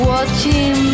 Watching